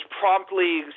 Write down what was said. promptly